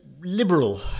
liberal